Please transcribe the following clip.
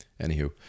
Anywho